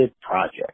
project